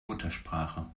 muttersprache